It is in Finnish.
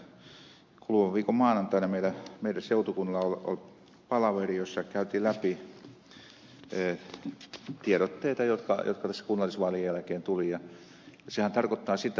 kuluvan viikon maanantaina meillä seutukunnalla oli palaveri jossa käytiin läpi tiedotteita joita tässä kunnallisvaalien jälkeen tuli